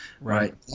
Right